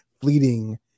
fleeting